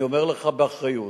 אני אומר לך באחריות: